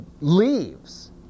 leaves